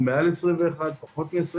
האם הוא מעל 21 או פחות מ-21?